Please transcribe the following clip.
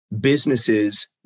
businesses